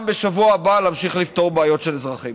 גם בשבוע הבא להמשיך לפתור בעיות של אזרחים.